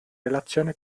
relazione